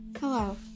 Hello